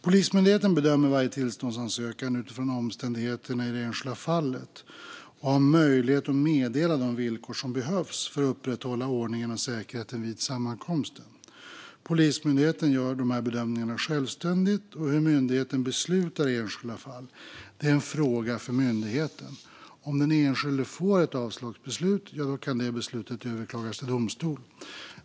Polismyndigheten bedömer varje tillståndsansökan utifrån omständigheterna i det enskilda fallet och har möjlighet att meddela de villkor som behövs för att upprätthålla ordningen och säkerheten vid sammankomsten. Polismyndigheten gör dessa bedömningar självständigt, och hur myndigheten beslutar i enskilda fall är en fråga för myndigheten. Om den enskilde får ett avslagsbeslut kan det överklagas till domstol.